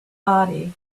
body